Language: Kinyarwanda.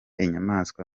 inyamaswa